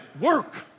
work